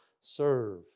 serve